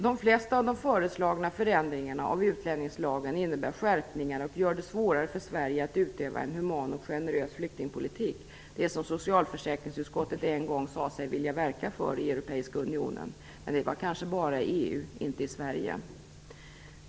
De flesta av de föreslagna förändringarna av utlänningslagen innebär skärpningar och gör det svårare för Sverige att utöva en human och generös flyktingpolitik, det som socialförsäkringsutskottet en gång sade sig vilja verka för i EU. Men det var kanske bara i EU - inte i Sverige.